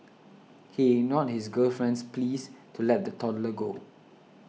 he ignored his girlfriend's pleas to let the toddler go